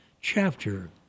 chapter